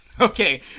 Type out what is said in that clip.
Okay